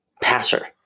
passer